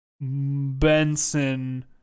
Benson